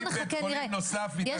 זה המצב הקיים.